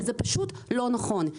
וזה פשוט לא נכון,